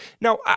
now